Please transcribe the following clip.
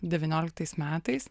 devynioliktais metais